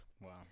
Wow